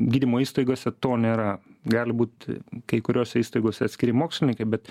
gydymo įstaigose to nėra gali būt kai kuriose įstaigose atskiri mokslininkai bet